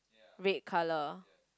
red colour